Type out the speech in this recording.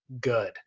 good